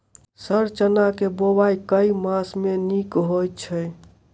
Sir चना केँ बोवाई केँ मास मे नीक होइ छैय?